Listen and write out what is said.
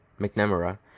McNamara